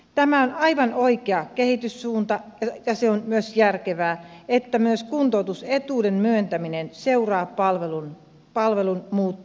tämä on aivan oikea kehityssuunta ja on järkevää että myös kuntoutusetuuden myöntäminen seuraa palvelun muuttumista